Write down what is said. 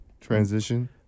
transition